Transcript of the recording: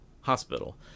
hospital